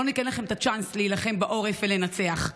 לא ניתן לכם את הצ'אנס להילחם בעורף ולנצח.